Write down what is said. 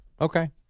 Okay